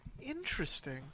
Interesting